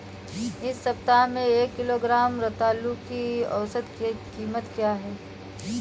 इस सप्ताह में एक किलोग्राम रतालू की औसत कीमत क्या है?